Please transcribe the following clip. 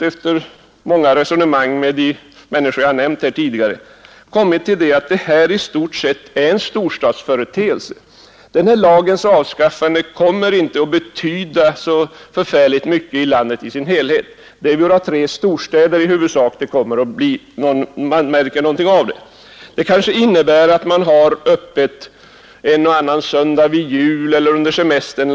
Efter många resonemang med de människor jag tidigare nämnt har vi i utskottet kommit fram till att ett sådant nedläggande av butiker i stort sett är en storstadsföreteelse. Lagens avskaffande kommer inte att betyda så särskilt mycket för landet i dess helhet. I huvudsak är det våra tre storstäder som kommer att märka något av detta. Kanske innebär lagens borttagande bara att man har öppet en eller annan söndag vid jul eller under semestertider.